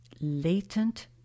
latent